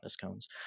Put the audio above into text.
cones